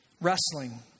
wrestling